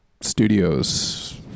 Studios